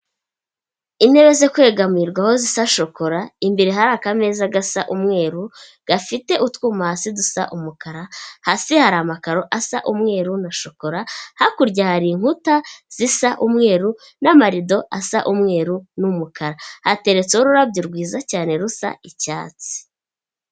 Intebe zo kwegamirwaho zisa shokora imbere hari akameza gasa umweru gafite utwuma hasi dusa umukara, hasi hari amakaro asa umweru na shokora, hakurya hari inkuta zisa umweru n'amarido asa umweru n'umukara, hateretseho ururabyo rwiza cyane rusa icyatsi.